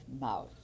mouth